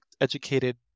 educated